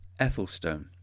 Ethelstone